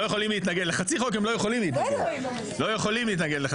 לחצי חוק הם לא יכולים להתנגד.